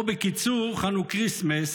או בקיצור, "חנוכריסמס"